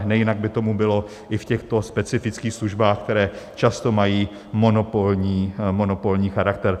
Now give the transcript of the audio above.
Nejinak by tomu bylo i v těchto specifických službách, které často mají monopolní charakter.